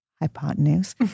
hypotenuse